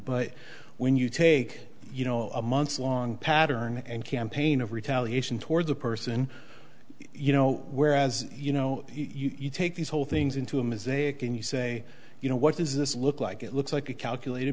but when you take you know a months long pattern and campaign of retaliation toward the person you know whereas you know you take these whole things into him as a can you say you know what does this look like it looks like a calculat